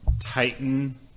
Titan